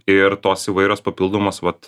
ir tos įvairios papildomos vat